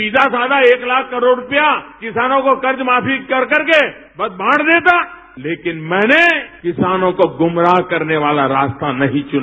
सीघा सादा एक लाख करोड़ रुपया किसानों को कर्ज माफी कर करके बस बांट देता लेकिन मैने किसानों को गुम्राह करने वाला रास्ता नहीं चुना